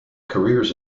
careers